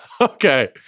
Okay